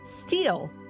steal